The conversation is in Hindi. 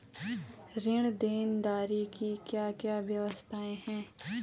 ऋण देनदारी की क्या क्या व्यवस्थाएँ हैं?